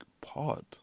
pod